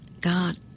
God